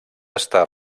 estar